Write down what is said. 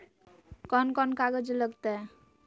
कौन कौन कागज लग तय?